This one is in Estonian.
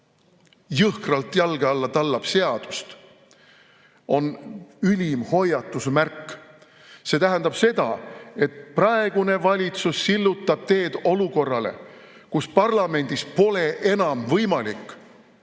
jõhkralt tallab jalge alla seadust, on ülim hoiatusmärk. See tähendab seda, et praegune valitsus sillutab teed olukorrale, kus parlamendis pole enam võimalik